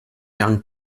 young